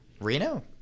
Reno